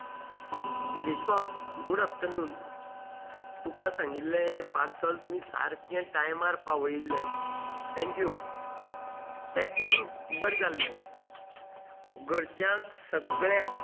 Dilesh Bab good afternoon तुका सांगिल्लें parcel तुमी सारकें टायमार पावयिल्लें थॅक्यू पॅकींग बरें जाल्लें घरच्यांक सगळ्यांक